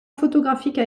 photographiques